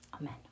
Amen